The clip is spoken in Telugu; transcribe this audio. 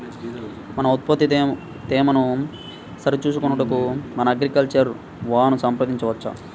మన ఉత్పత్తి తేమను సరిచూచుకొనుటకు మన అగ్రికల్చర్ వా ను సంప్రదించవచ్చా?